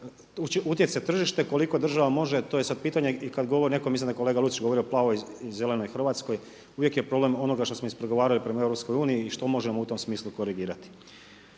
utječe tržište. Koliko država može to je sad pitanje. I kad govori netko, mislim da je kolega Lucić govorio o plavoj i zelenoj Hrvatskoj uvijek je problem onoga što smo ispregovarali prema EU i što možemo u tom smislu korigirati.